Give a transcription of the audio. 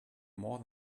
more